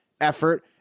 effort